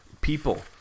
people